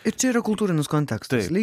ir čia yra kultūrinis kontekstas